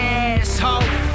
asshole